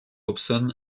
hobson